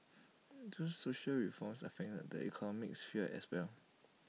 these social reforms affect the economic sphere as well